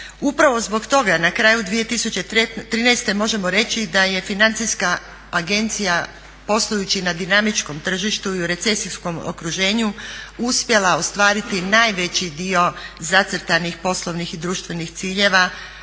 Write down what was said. Upravo zbog toga na kraju 2013.možemo reći da je Financijska agencija poslujući na dinamičkom tržištu i u recesijskom okruženju uspjela ostvariti najveći dio zacrtanih poslovnih i društvenih ciljeva,